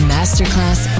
Masterclass